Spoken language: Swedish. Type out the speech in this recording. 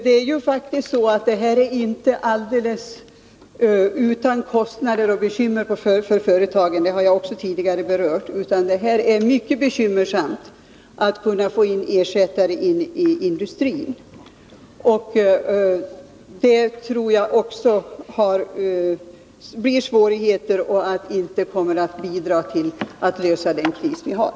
Detta är faktiskt inte utan kostnader och bekymmer för företagen — det har jag berört också tidigare. Det är mycket bekymmersamt att få ersättare till industrin. Jag tror att det blir svårigheter som inte kommer att bidra till att lösa den kris vi har.